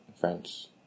French